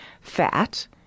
fat